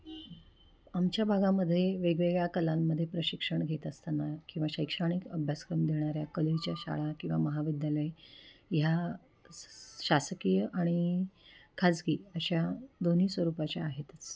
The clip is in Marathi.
आमच्या भागामध्ये वेगवेगळ्या कलांमध्ये प्रशिक्षण घेत असताना किंवा शैक्षणिक अभ्यासक्रम देणाऱ्या कलेच्या शाळा किंवा महाविद्यालय ह्या स शासकीय आणि खाजगी अशा दोन्ही स्वरूपाच्या आहेतच